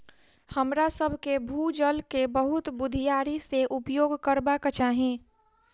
हमरासभ के भू जल के बहुत बुधियारी से उपयोग करबाक चाही